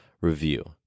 review